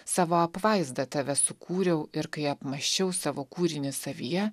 savo apvaizda tave sukūriau ir kai apmąsčiau savo kūrinį savyje